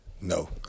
No